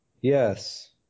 Yes